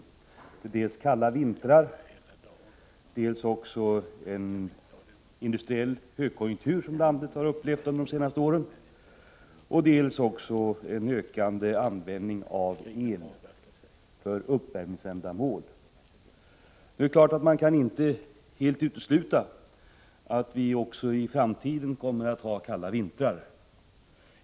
Det är dels kalla vintrar, dels den industriella högkonjunktur som landet har upplevt under de senaste åren, dels en ökad användning av el för uppvärmningsändamål. Det är klart att man inte helt kan utesluta att vi även i framtiden kommer att ha kalla vintrar.